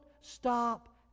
stop